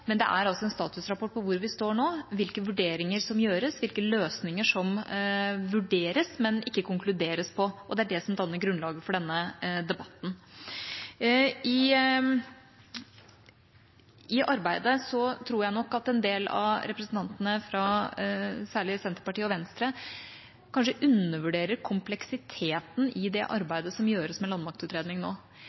men det er en statusrapport på hvor vi står nå, hvilke vurderinger som gjøres, hvilke løsninger som vurderes, men ikke konkluderes på – og det er det som danner grunnlaget for denne debatten. Jeg tror nok at en del av representantene, særlig fra Senterpartiet og Venstre, kanskje undervurderer kompleksiteten i det arbeidet som gjøres med landmaktutredningen nå.